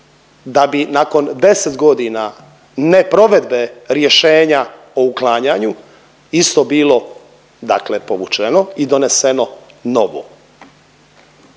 da bi nakon 10 godina neprovedbe rješenja o uklanjanju isto bilo dakle povučeno i doneseno novo.